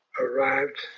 arrived